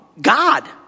God